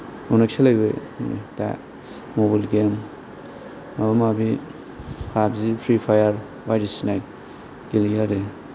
अनेख सोलायबोबाय माने दा मबाइल गेम माबा माबि पाबजि फ्रि फायार बायदिसिना गेलेयो आरो